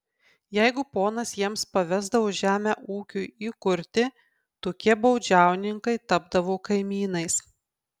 jeigu ponas jiems pavesdavo žemę ūkiui įkurti tokie baudžiauninkai tapdavo kaimynais